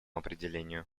определению